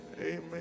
amen